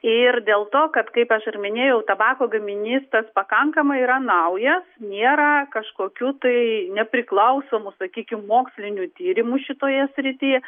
ir dėl to kad kaip aš ir minėjau tabako gaminys tas pakankamai yra naujas nėra kažkokių tai nepriklausomų sakykim mokslinių tyrimų šitoje srityje